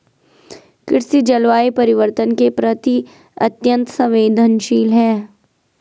कृषि जलवायु परिवर्तन के प्रति अत्यंत संवेदनशील है